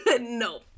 No